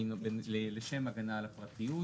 לשם הגנה על הפרטיות.